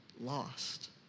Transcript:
lost